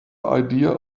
idea